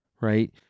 right